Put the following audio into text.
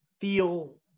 feel